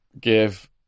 Give